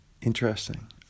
interesting